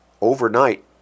overnight